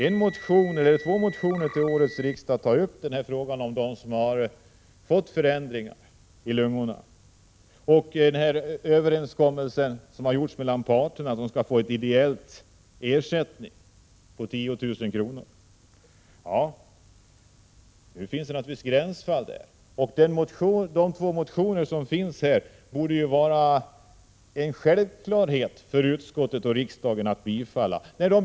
Två motioner till årets riksdag rör dem som har fått förändringar i lungorna och den överenskommelse som har gjorts mellan arbetsmarknadens parter att dessa personer skall få en ideell ersättning på 10 000 kr. Här finns det naturligtvis gränsfall. Det borde vara en självklarhet för utskottet och riksdagen att bifalla de två motionerna.